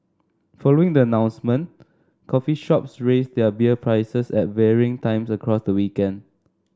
following the announcement coffee shops raised their beer prices at varying times across the weekend